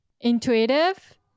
intuitive